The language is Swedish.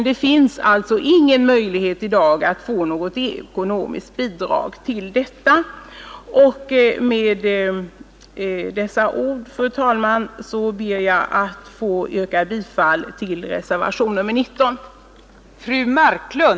Det finns alltså ingen möjlighet att i dag få ett ekonomiskt bidrag till detta. Med dessa ord, fru talman, ber jag att få yrka bifall till reservationen 19.